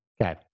Okay